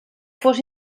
fos